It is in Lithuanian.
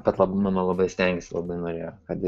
bet labai mama labai stengėsi labai norėjo kad